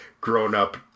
grown-up